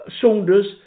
Saunders